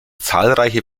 zahlreiche